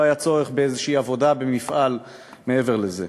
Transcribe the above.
לא היה צורך באיזו עבודה במפעל מעבר לזה.